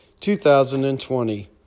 2020